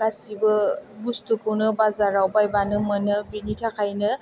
गासिबो बुस्थुखौनो बाजाराव बायबानो मोनो बिनि थाखायनो